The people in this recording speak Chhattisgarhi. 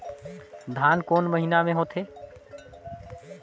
धान कोन महीना मे होथे?